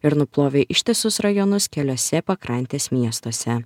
ir nuplovė ištisus rajonus keliuose pakrantės miestuose